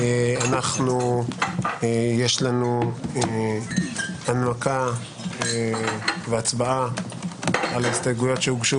יש לנו הנמקה והצבעה על ההסתייגויות שהוגשו